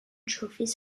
trophies